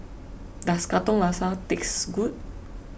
does Katong Laksa taste good